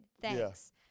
thanks